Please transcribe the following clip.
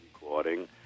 recording